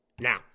Now